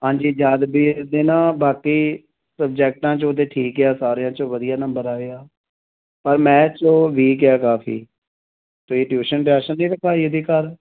ਹਾਂਜੀ ਯਾਦਵੀਰ ਦੇ ਨਾ ਬਾਕੀ ਸਬਜੈਕਟਾਂ ਚੋਂ ਤਾਂ ਠੀਕ ਆ ਸਾਰਿਆਂ ਚੋਂ ਵਧੀਆ ਨੰਬਰ ਆਏ ਆ ਪਰ ਮੈਥ ਚੋਂ ਵੀਕ ਹੈ ਕਾਫ਼ੀ ਤੁਸੀਂ ਟਿਊਸ਼ਨ ਟਾਸ਼ਨ ਨਹੀਂ ਰਖਵਾਈ ਇਹਦੀ ਘਰ